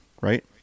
right